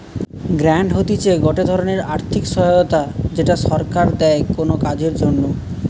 grant হতিছে গটে ধরণের আর্থিক সহায়তা যেটা সরকার দেয় কোনো কাজের জন্যে